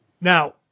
Now